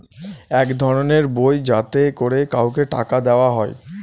এক ধরনের বই যাতে করে কাউকে টাকা দেয়া হয়